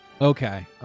Okay